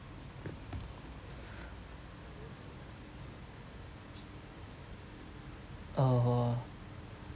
err